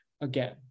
again